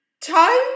Time